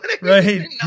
right